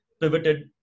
pivoted